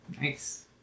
Nice